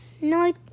No